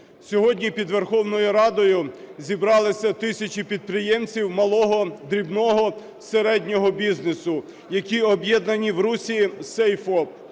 Сьогодні під Верховною Радою зібралися тисячі підприємців малого, дрібного, середнього бізнесу, які об'єднані в русі "Save